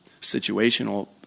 situational